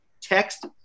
text